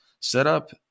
setup